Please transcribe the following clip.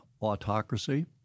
autocracy